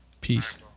Peace